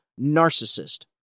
narcissist